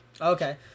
Okay